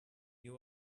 you